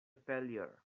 failure